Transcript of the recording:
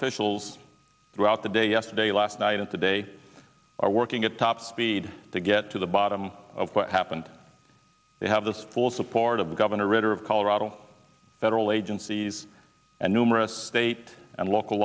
officials throughout the day yesterday last night and today are working at top speed to get to the bottom of what happened they have this full support of governor ritter of colorado federal agencies and numerous state and local